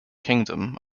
kingdom